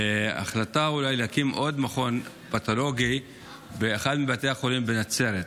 החלטה להקים אולי עוד מכון פתולוגי באחד מבתי החולים בנצרת.